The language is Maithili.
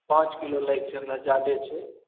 पाँच किलो लै के छै हमरा जादे छै